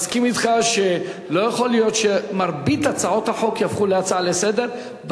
מסכים אתך שלא יכול להיות שמרבית הצעות החוק יהפכו להצעה לסדר-היום.